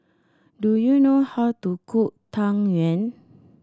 do you know how to cook Tang Yuen